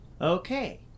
Okay